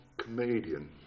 comedian